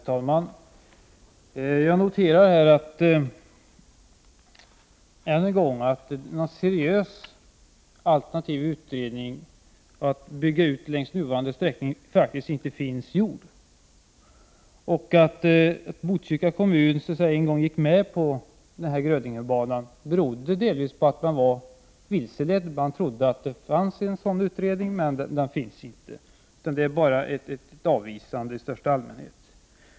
Herr talman! Jag noterar än en gång att någon seriös alternativ utredning om spårutbyggnad längs nuvarande sträckning faktiskt inte finns gjord. Att man från Botkyrka kommun en gång gick med på förslaget om Grödingebanan berodde delvis på att man var vilseledd. Man trodde att det fanns en sådan utredning. Det finns det alltså inte, utan det handlar här bara om ett avvisande i största allmänhet.